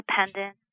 independent